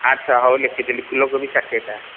ଆଚ୍ଛା ହଉ ଲେଖିଦେଲି ଫୁଲକୋବି ଷାଠିଏଟା